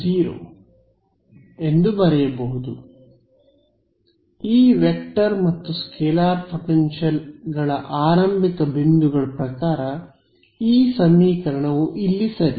B 0 H 1u ∇ x A ಈ vector ಮತ್ತು scalar ಪೊಟೆನ್ಷಿಯಲ್ಗಳ ಆರಂಭಿಕ ಬಿಂದುಗಳ ಪ್ರಕಾರ ಈ ಸಮೀಕರಣವು ಇಲ್ಲಿ ಸರಿ